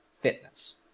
fitness